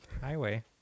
highway